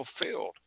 fulfilled